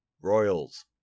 Royals